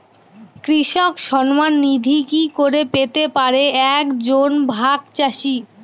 কৃষক সন্মান নিধি কি করে পেতে পারে এক জন ভাগ চাষি?